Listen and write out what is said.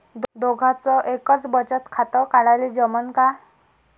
दोघाच एकच बचत खातं काढाले जमनं का?